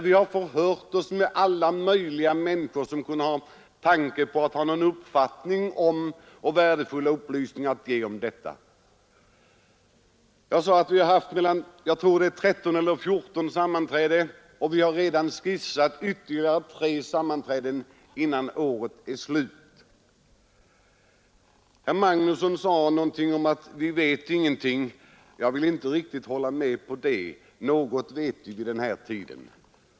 Vi har förhört oss med alla möjliga människor som skulle kunna tänkas ha värdefulla upplysningar att ge. Vi har alltså hittills haft 14 sammanträden och har planerat för ytterligare tre innan årets slut. Herr Magnusson i Kristinehamn sade att vi ännu inte vet någonting om olika bekämpningsmedels skadeverkningar. Jag kan inte riktigt hålla med honom om det. Något vet vi vid det här laget.